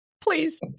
Please